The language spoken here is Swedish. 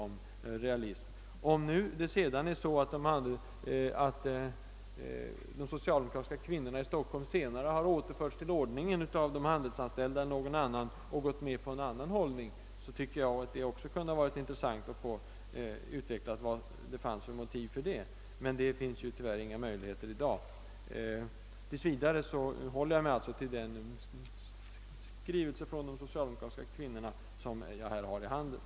Om de socialdemokratiska kvinnorna i Stockholm senare har återförts till ordningen av de handelsanställda eller någon annan och gått med på att inta en annan hållning, kunde det ha varit intressant att få utvecklat vilka motiv som fanns härför. Men det finns det tyvärr ingen möjlighet till i dag. Tills vidare håller jag mig alltså till den skrivelse från de socialdemokratiska kvinnorna som jag har i handen.